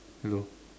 hello